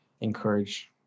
encourage